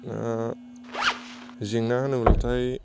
दा जेंना होनोब्लाथाय